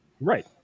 Right